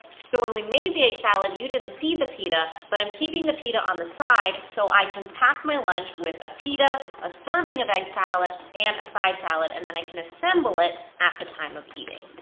so when we made the egg salad you didn't see the pita, but i'm keeping the pita on the side so i can pack my lunch with a pita, a serving of egg salad, and a side salad, and then i can assemble it at the time of eating.